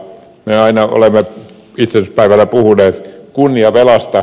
me aina olemme itsenäisyyspäivänä puhuneet kunniavelasta